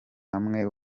hamwe